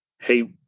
hey